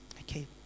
Okay